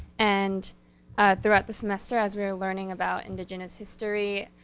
and throughout the semester, as we were learning about indigenous history,